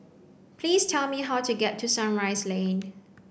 please tell me how to get to Sunrise Lane